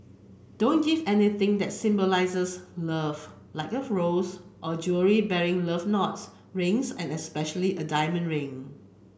don't give anything that symbolises love like a rose or jewellery bearing love knots rings and especially a diamond ring